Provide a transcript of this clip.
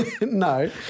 No